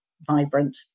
vibrant